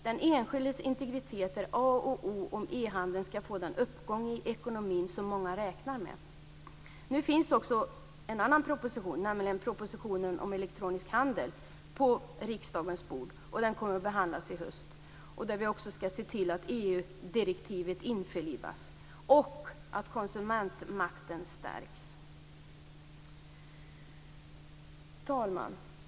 Den enskildes integritet är A och O om e-handeln ska få den ekonomiska uppgång som många räknar med. Nu finns också en annan proposition, nämligen propositionen om elektronisk handel, på riksdagens bord. Den kommer att behandlas i höst. Där ska vi också se till att EU-direktivet införlivas och att konsumentmakten stärks. Fru talman!